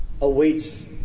awaits